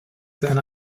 seine